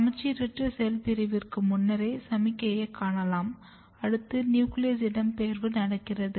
சமச்சீரற்ற செல் பிரிவுக்கு முன்னரே சமிக்ஞையைக் காணலாம் அடுத்து நியூக்ளியஸ் இடம்பெயர்வு நடக்கிறது